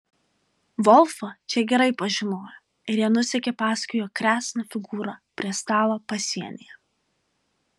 volfą čia gerai pažinojo ir jie nusekė paskui jo kresną figūrą prie stalo pasienyje